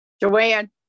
Joanne